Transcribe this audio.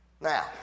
Now